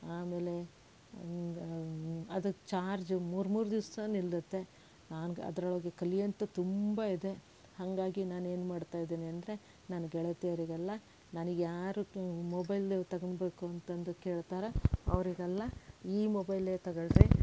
ಆಮೇಲೆ ಅದಕ್ಕೆ ಚಾರ್ಜ್ ಮೂರು ಮೂರು ದಿವಸ ನಿಲ್ಲುತ್ತೆ ಆಗ ಅದರೊಳಗೆ ಕಲಿಯೋಂಥದ್ದು ತುಂಬ ಇದೆ ಹಾಗಾಗಿ ನಾನು ಏನು ಮಾಡ್ತಾಯಿದ್ದೇನೆ ಅಂದರೆ ನನ್ನ ಗೆಳತಿಯರಿಗೆಲ್ಲ ನನಗೆ ಯಾರು ಮೊಬೈಲು ತಗೋಬೇಕು ಅಂತಂದು ಕೇಳ್ತಾರ ಅವರಿಗೆಲ್ಲ ಈ ಮೊಬೈಲೇ ತಗೊಳ್ರಿ